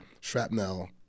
shrapnel